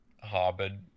harbored